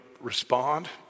respond